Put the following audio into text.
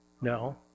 No